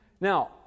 Now